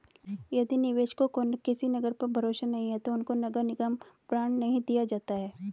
यदि निवेशकों को किसी नगर पर भरोसा नहीं है तो उनको नगर निगम बॉन्ड नहीं दिया जाता है